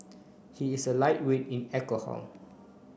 he is a lightweight in alcohol